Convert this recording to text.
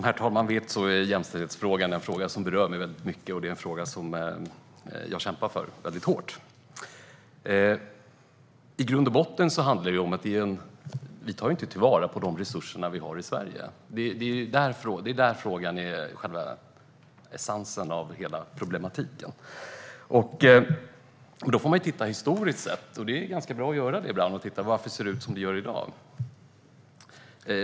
Herr talman! Som herr talmannen vet är jämställdhetsfrågan en fråga som berör mig mycket och något som jag kämpar hårt för. I grund och botten handlar det om att vi inte tar vara på de resurser vi har i Sverige. Det är essensen av hela problematiken. Då får man titta bakåt i historien. Det är ganska bra att göra det ibland för att ta reda på varför det ser ut som det gör i dag.